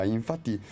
Infatti